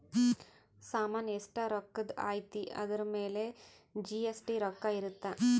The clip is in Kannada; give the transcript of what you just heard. ಸಾಮನ್ ಎಸ್ಟ ರೊಕ್ಕಧ್ ಅಯ್ತಿ ಅದುರ್ ಮೇಲೆ ಜಿ.ಎಸ್.ಟಿ ರೊಕ್ಕ ಇರುತ್ತ